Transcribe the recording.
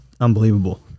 unbelievable